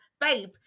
babe